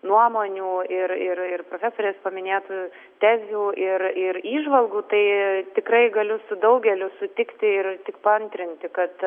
nuomonių ir ir ir profesorės paminėtų tezių ir ir įžvalgų tai tikrai galiu su daugeliu sutikti ir tik paantrinti kad